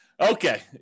Okay